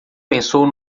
pensou